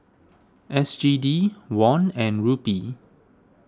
S G D Won and Rupee